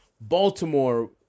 baltimore